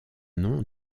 nom